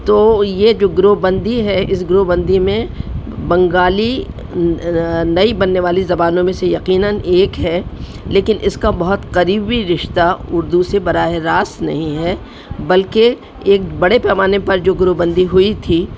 تو یہ جو گروپ بندی ہے اس گروپ بندی میں بنگالی نئی بننے والی زبانوں میں سے یقیناً ایک ہے لیکن اس کا بہت قریبی رشتہ اردو سے براہ راست نہیں ہے بلکہ ایک بڑے پیمانے پر جو گروپ بندی ہوئی تھی